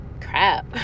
crap